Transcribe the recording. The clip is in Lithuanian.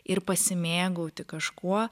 ir pasimėgauti kažkuo